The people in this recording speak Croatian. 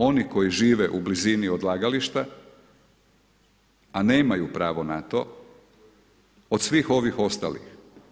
Oni koji žive u blizini odlagališta, a nemaju pravo na to od svih ovih ostalih.